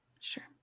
Sure